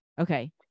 okay